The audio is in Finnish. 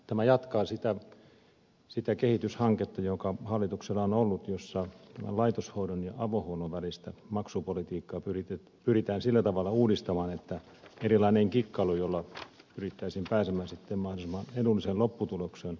tämä jatkaa sitä kehityshanketta joka hallituksella on ollut jossa laitoshoidon ja avohuollon välistä maksupolitiikkaa pyritään sillä tavalla uudistamaan että sellaisen erilainen tarpeettoman kikkailun tarve jolla pyrittäisiin pääsemään sitten mahdollisimman edulliseen lopputulokseen